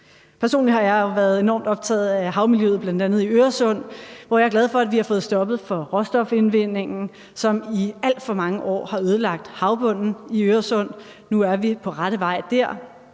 Personligt har jeg jo været enormt optaget af havmiljøet, bl.a. i Øresund, hvor jeg er glad for at vi har fået sat en stopper for råstofindvindingen, som i alt for mange år har ødelagt havbunden i Øresund. Nu er vi på rette vej dér.